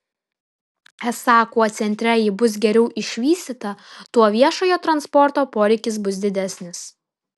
esą kuo centre ji bus geriau išvystyta tuo viešojo transporto poreikis bus didesnis